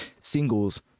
singles